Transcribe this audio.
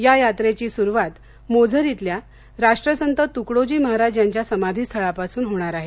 या यात्रेची सुरुवात मोझरीतल्याराष्ट्रसंत तुकडोजी महाराज यांच्या समाधीस्थळापासून होणार आहे